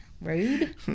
Rude